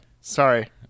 Sorry